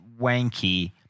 wanky